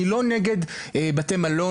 אני לא נגד בתי-מלון,